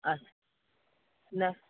अच्छा न